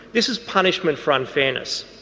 this is punishment for unfairness.